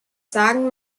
sagen